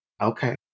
Okay